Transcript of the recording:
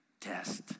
Test